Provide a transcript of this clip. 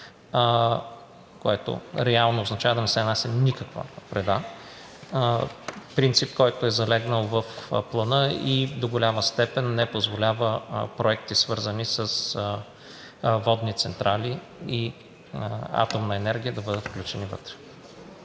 което реално означава да не се нанася никаква вреда, принцип, който е залегнал в Плана и до голяма степен не позволява проекти, свързани с водни централи и атомна енергия да бъдат включени вътре.